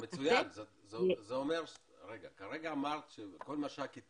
כרגע אמרת שכל משק"ית